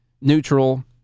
neutral